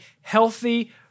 healthy